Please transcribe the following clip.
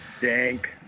dank